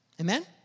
Amen